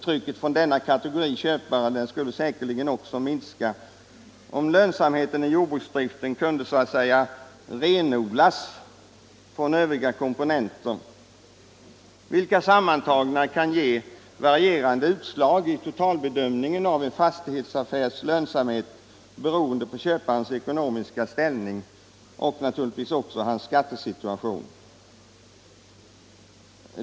Trycket från denna kategori köpare skulle säkerligen också minska, om lönsamheten i jordbruksdriften kunde så att säga renodlas från övriga komponenter, vilka sammantagna kan ge varierande utslag vid en total bedömning av en fastighetsaffärs lönsamhet beroende på köparens ekonomiska ställning och naturligtvis också beroende på hans skattesituation.